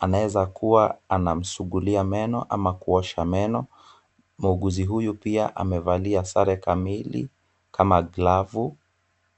Anaeza kuwa anamsugulia meno ama kuosha meno. Muuguzi huyu pia amevalia sare kamili kama glavu